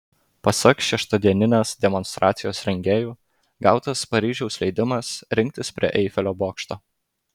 pasak šeštadieninės demonstracijos rengėjų gautas paryžiaus leidimas rinktis prie eifelio bokšto